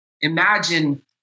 Imagine